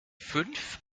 fünf